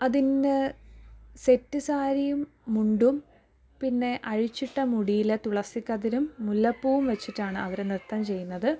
അതിന് സെറ്റ് സാരിയും മുണ്ടും പിന്നെ അഴിച്ചിട്ട മുടിയിലെ തുളസിക്കതിരും മുല്ലപ്പൂവും വച്ചിട്ടാണ് അവർ നൃത്തം ചെയ്യുന്നത്